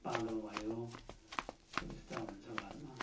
पालो भयो सुबिस्ता हुन्छ घरमा